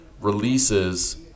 releases